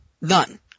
None